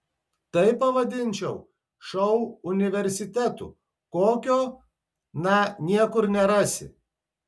tai pavadinčiau šou universitetu kokio na niekur nerasi